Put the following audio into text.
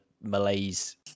malaise